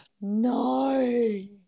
No